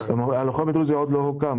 הוא עוד לא הוקם.